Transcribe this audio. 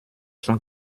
cent